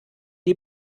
die